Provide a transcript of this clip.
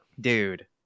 dude